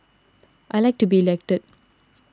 I like to be elected